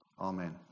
Amen